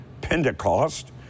Pentecost